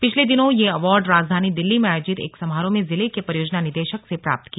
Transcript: पिछले दिनों ये अवार्ड राजधानी दिल्ली में आयोजित एक समारोह में जिले के परियोजना निदेशक ने प्राप्त किया